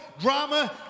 drama